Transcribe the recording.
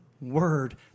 word